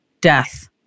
death